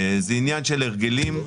זה עניין של הרגלים.